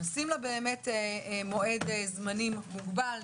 נשים לה מועד זמנים מוגבל,